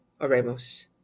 Oremos